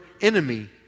enemy